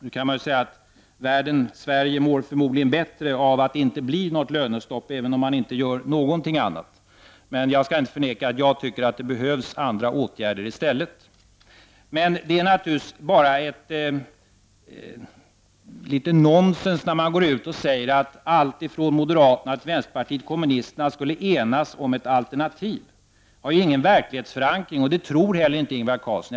Då kan man säga att Sverige förmodligen mår bättre av att inte ha lönestoppet även om man inte gör någonting annat. Men jag skall inte förneka att jag tycker att det behövs andra åtgärder i stället. Det är naturligtvis nonsens att gå ut och säga att alla från moderaterna till vänsterpartiet kommunisterna skulle enas om ett alternativ. Det har ingen verlighetsförankring. Det tror Ingvar Carlsson inte heller.